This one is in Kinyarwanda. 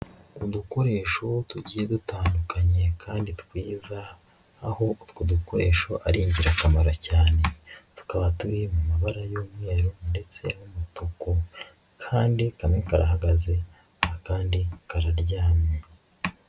Udukoresho tugiye dutandukanye kandi twiza, aho utwo dukoresho ari ingirakamaro, cyane tukaba turi mu mabara y'umweru ndetse n'umutuku kandi kamwe karahagaze akandi kararyamye.